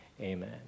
amen